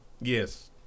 Yes